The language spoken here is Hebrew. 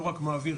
לא רק מהאוויר,